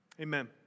Amen